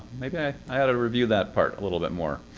maybe i i ought to review that part a little bit more.